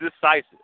decisive